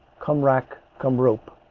come rack! come rope!